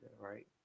right